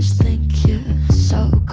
thank you so